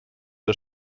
the